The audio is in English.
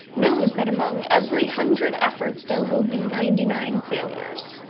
knows that among every hundred efforts there will be ninety-nine failures.